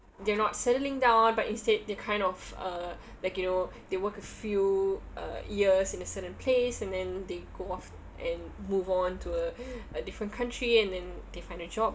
they're not settling down but instead they kind of uh like you know they work a few uh years in a certain place and then they go off and move on to a a different country and then they find a job